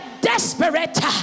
desperate